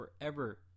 forever